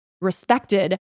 respected